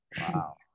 Wow